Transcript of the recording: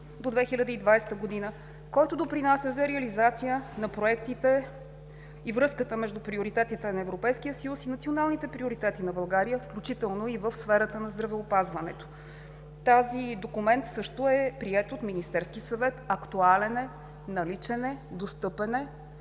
до 2020 г., който допринася за реализация на проектите и връзката между приоритетите на Европейския съюз и националните приоритети на България, включително и в сферата на здравеопазването. Този документ също е приет от Министерския съвет, актуален е, наличен е, достъпен